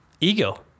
ego